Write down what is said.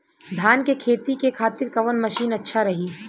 धान के खेती के खातिर कवन मशीन अच्छा रही?